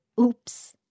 oops